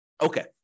Okay